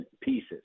pieces